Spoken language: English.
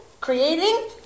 creating